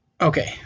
Okay